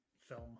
film